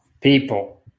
People